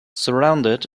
surrounded